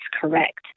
correct